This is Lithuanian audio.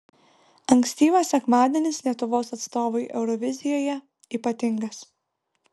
ankstyvas sekmadienis lietuvos atstovui eurovizijoje ypatingas